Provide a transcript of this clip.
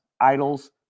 idols